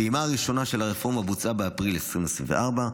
הפעימה הראשונה של הרפורמה בוצעה באפריל 2024,